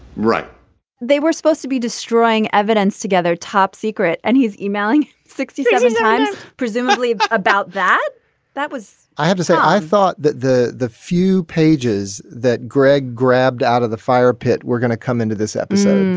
right they were supposed to be destroying evidence together top secret. and he's emailing sixty thousand times presumably about that that was i have to say. i thought that the the few pages that greg grabbed out of the fire pit were gonna come into this episode.